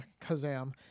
Kazam